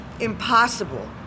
impossible